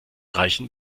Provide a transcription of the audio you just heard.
reichen